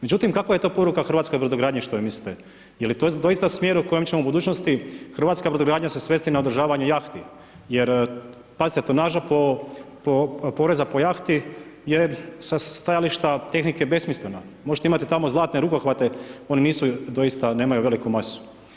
Međutim kakva je to poruka hrvatskoj brodogradnji, što vi mislite, je li to doista smjer u kojem ćemo u budućnosti hrvatska brodogradnja se svesti na održavanje jahti, jer pazite tonaža poreza po jahti je sa stajališta tehnike besmislena, možete imati tamo zlatne rukohvate oni nisu doista nemaju veliku masu.